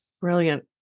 Brilliant